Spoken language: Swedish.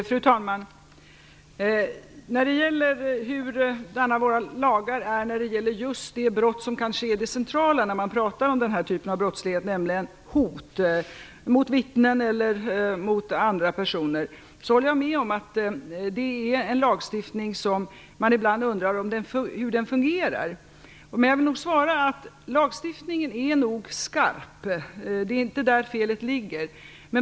Fru talman! När det gäller just de brott som kanske är de centrala i fråga om den här typen av brottslighet, nämligen hot mot vittnen eller andra personer, håller jag med om att man ibland undrar hur lagstiftningen fungerar. Jag vill svara att lagstiftningen nog är skarp - det är inte där felet ligger.